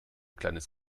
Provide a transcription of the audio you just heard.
kleines